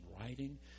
writing